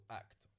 act